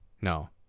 No